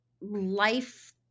life